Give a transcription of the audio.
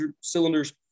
cylinders